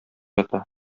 ята